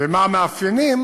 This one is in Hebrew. ומה המאפיינים,